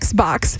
Xbox